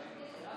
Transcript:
5),